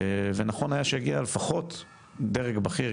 ונכון היה שיגיע לפחות דרג בכיר,